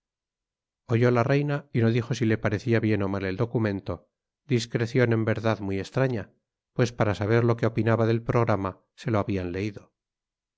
oyó la reina y no dijo si le parecía bien o mal el documento discreción en verdad muy extraña pues para saber lo que opinaba del programa se lo habían leído